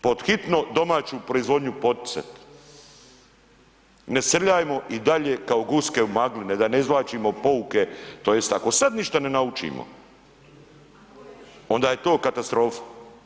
Pod hitno domaću proizvodnju poticati, ne srljajmo i dalje kao guske u magli, ne da ne izvlačimo pouke to jest ako sad ništa ne naučimo, onda je to katastrofa.